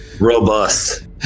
Robust